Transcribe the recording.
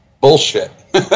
bullshit